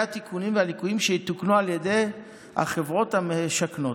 התיקונים והליקויים שיתוקנו על ידי החברות המשכנות,